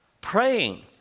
Praying